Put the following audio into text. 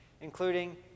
including